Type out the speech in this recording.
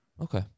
Okay